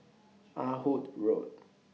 Ah Hood Road